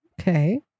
okay